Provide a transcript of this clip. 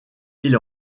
ils